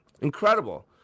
Incredible